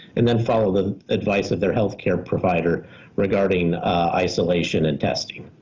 and then follow the advice of their health care provider regarding isolation and testing.